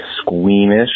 squeamish